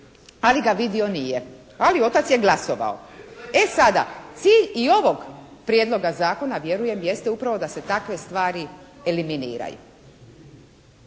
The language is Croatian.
Ali ga vidio nije. Ali otac je glasovao. E sada, cilj i ovog Prijedloga zakona vjerujem jeste upravo da se takve stvari eliminiraju.